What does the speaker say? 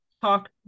talk